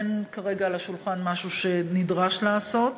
אין כרגע על השולחן משהו שנדרש לעשות.